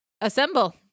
Assemble